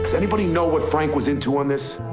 anybody know what frank was into on this?